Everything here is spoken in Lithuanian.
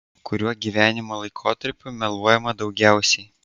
kuriuo gyvenimo laikotarpiu meluojama daugiausiai